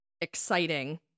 exciting